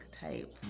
type